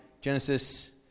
Genesis